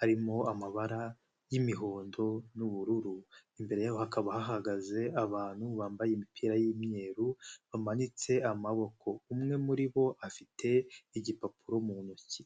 harimo amabara y'imihondo n'ubururu, imbere hakaba hahagaze abantu bambaye imipira y'imweru bamanitse amaboko, umwe muri bo afite igipapuro mu ntoki.